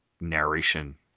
narration